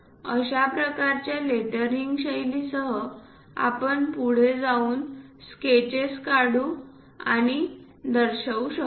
अशा प्रकारच्या लेटरिंग शैलीसह आपण पुढे जाऊन स्केचेस काढू आणि दर्शवू शकतो